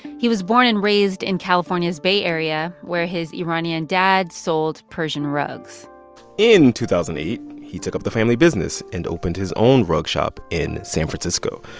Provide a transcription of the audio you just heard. he was born and raised in california's bay area, where his iranian dad sold persian rugs in two thousand and eight, he took up the family business and opened his own rug shop in san francisco.